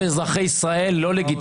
אמרתי לכם שעבריינים אסור שיהיו על ההגה.